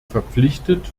verpflichtet